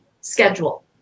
schedule